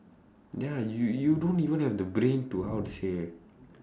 ya you you don't even have the brain to how to say